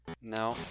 No